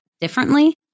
differently